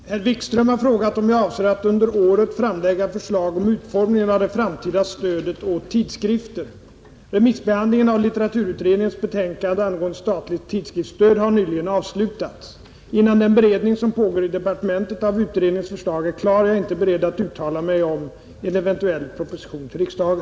Fru talman! Herr Wikström har frågat mig om jag avser att under året framlägga förslag om utformningen av det framtida stödet åt tidskrifter. Remissbehandlingen av litteraturutredningens betänkande angående statligt tidskriftsstöd har nyligen avslutats. Innan den beredning som pågår i departementet av utredningens förslag är klar, är jag inte beredd att uttala mig om en eventuell proposition till riksdagen.